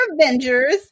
Avengers